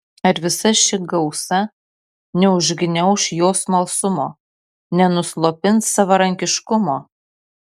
ar visa ši gausa neužgniauš jo smalsumo nenuslopins savarankiškumo